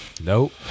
Nope